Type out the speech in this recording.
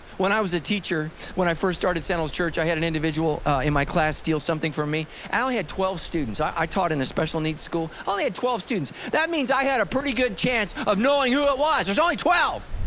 when i was a teacher, when i first started sandals church i had an individual in my class steal something from me, i only had twelve students, i i taught in a special needs school, i only had twelve students that means i had a pretty good chance of knowing who it was, there's only twelve.